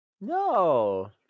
No